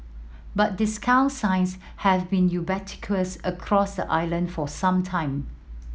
but discount signs have been ubiquitous across the island for some time